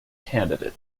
candidate